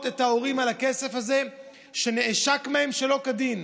את ההורים על הכסף הזה שנעשק מהם שלא כדין.